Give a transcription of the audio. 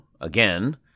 again